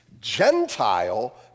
Gentile